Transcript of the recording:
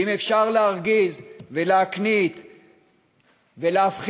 ואם אפשר להרגיז ולהקניט ולהפחיד,